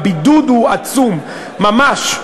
הבידוד הוא עצום ממש.